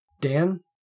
Dan